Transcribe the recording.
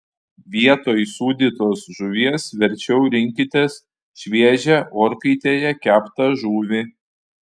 vietoj sūdytos žuvies verčiau rinkitės šviežią orkaitėje keptą žuvį